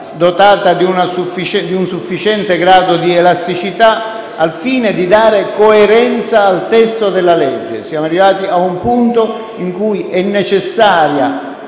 dotata di un sufficiente grado di elasticità al fine di dare coerenza al testo della legge. Siamo arrivati a un punto in cui è necessaria,